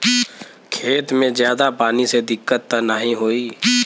खेत में ज्यादा पानी से दिक्कत त नाही होई?